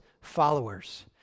followers